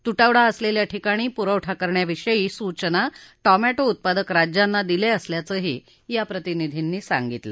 तुटवडा असलेल्या ठिकाणी पुरवठा करण्याविषयी सूचना टोमॅटो उत्पादक राज्यांना दिले असल्याचंही या प्रतिनिधींनी सांगितलं